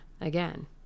again